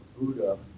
Buddha